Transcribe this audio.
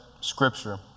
scripture